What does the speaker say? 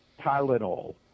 Tylenol